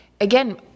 again